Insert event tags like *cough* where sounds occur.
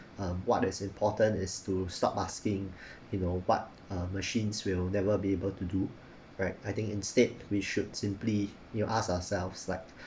um what is important is to stop asking *breath* you know what uh machines will never be able to do right I think instead we should simply you know ask ourselves like